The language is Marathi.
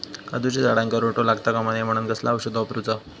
काजूच्या झाडांका रोटो लागता कमा नये म्हनान कसला औषध वापरूचा?